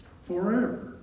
forever